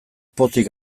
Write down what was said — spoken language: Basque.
pozik